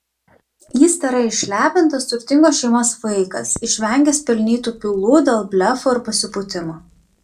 jis tėra išlepintas turtingos šeimos vaikas išvengęs pelnytų pylų dėl blefo ir pasipūtimo